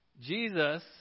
Jesus